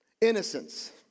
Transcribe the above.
innocence